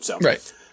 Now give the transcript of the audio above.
Right